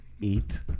eat